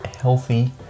healthy